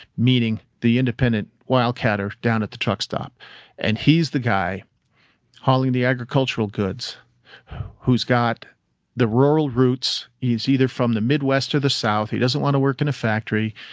meaning the independent wildcatters down at the truck stop and he's the guy hauling the agricultural goods who's got the rural roots. he's either from the midwest or the south. he doesn't want to work in a factory.